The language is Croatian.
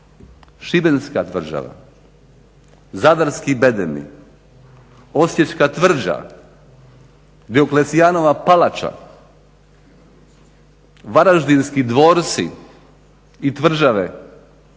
šibenska tvrđava, zadarski bedemi, osječka tvrđa, Dioklecijanova palača, varaždinski dvorci i tvrđave